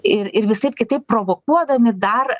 ir ir visaip kitaip provokuodami dar